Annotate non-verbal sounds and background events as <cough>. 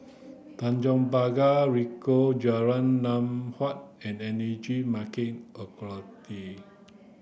Tanjong Pagar Ricoh Jalan Lam Huat and Energy Market <unintelligible>